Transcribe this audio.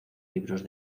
libros